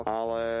ale